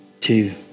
Two